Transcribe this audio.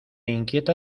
inquieta